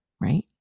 right